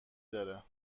داره